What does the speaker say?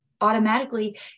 automatically